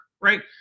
right